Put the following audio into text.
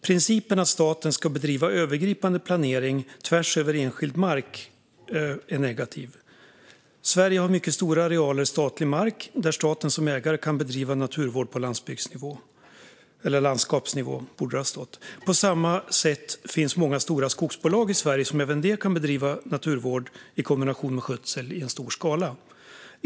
"Principen kring att staten ska bedriva övergripande planering av detta slag på privata markägares mark är negativ. Sverige har mycket stora arealer statlig mark, där staten som ägare kan bedriva naturvård på landsbygdsnivå." Det borde ha stått landskapsnivå. "På samma sätt finns många stora skogsbolag i Sverige, som även de kan bedriva naturvård i kombination med skötsel i en stor skala.